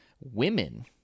Women